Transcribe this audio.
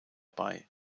bei